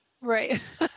right